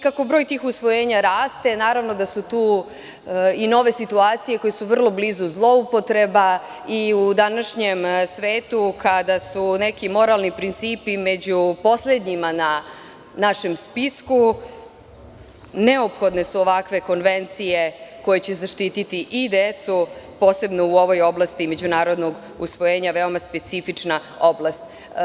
Kako broj tih usvojenja raste, naravno da su tu i nove situacije koje su blizu zloupotrebe i u današnjem svetu, kada su neki moralni principi među poslednjima na našem spisku, neophodne su ovakve konvencije koje će zaštiti i decu, posebno u ovoj oblasti međunarodnog usvojenja, veoma specifična oblast.